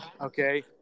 Okay